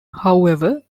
however